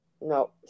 No